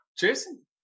Jason